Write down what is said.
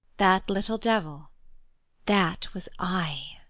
that little devil that was i.